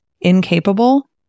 incapable